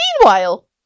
Meanwhile